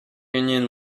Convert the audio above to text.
union